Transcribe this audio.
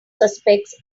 suspects